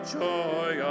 joy